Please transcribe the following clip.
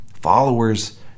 Followers